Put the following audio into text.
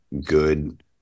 good